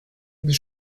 des